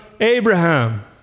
Abraham